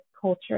culture